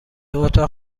اتاق